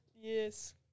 Yes